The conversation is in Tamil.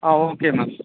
ah okay ma'am